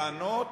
לענות,